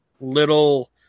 little